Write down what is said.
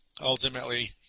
Ultimately